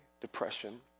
depression